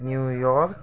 new York